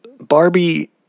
Barbie